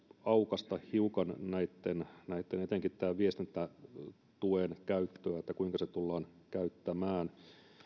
aukaista hiukan etenkin tämän viestintätuen käyttöä sitä kuinka se tullaan käyttämään